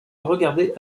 regardé